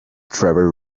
trevor